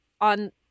on